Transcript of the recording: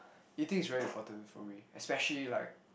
eating is very important for me especially like